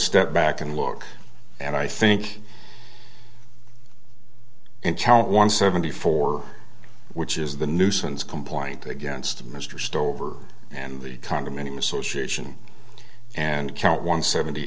step back and look and i think and count one seventy four which is the nuisance complaint against mr stove or and the condominium association and count one seventy